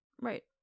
Right